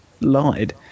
lied